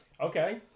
Okay